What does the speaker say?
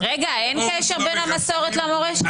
רגע, אין קשר בין המסורת למורשת?